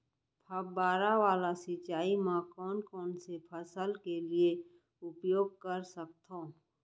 फवारा वाला सिंचाई मैं कोन कोन से फसल के लिए उपयोग कर सकथो?